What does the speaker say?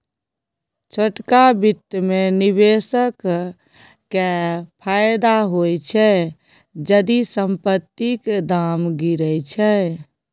छोटका बित्त मे निबेशक केँ फायदा होइ छै जदि संपतिक दाम गिरय छै